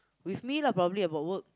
with me lah probably about work